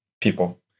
people